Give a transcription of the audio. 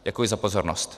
Děkuji za pozornost.